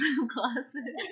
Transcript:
glasses